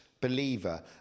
believer